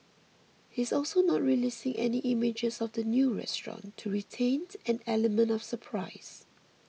he's also not releasing any images of the new restaurant to retain an element of surprise